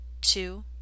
two